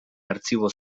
artxibo